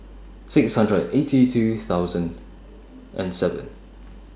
six hundred and eighty two thousand and seven